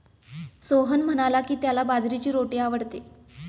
सोहन म्हणाला की, त्याला बाजरीची रोटी आवडते